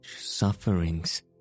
sufferings